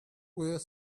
were